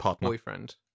boyfriend